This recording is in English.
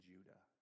Judah